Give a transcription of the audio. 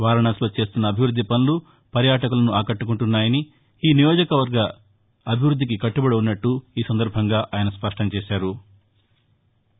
వారణాసిలో చేస్తున్న అభివృద్ధి పనులు పర్యాటకులను ఆకట్టుకుంటున్నాయని ఈ నియోజకవర్గ అభివృద్దికి కట్టుబడి ఉన్నట్టు ఈ సందర్బంగా ఆయన స్పష్టం చేశారు